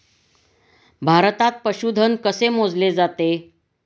भारतात पशुधन कसे मोजले जाते?